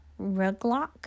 ruglock